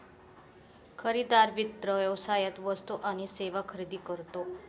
खरेदीदार वित्त व्यवसायात वस्तू आणि सेवा खरेदी करतो